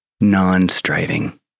non-striving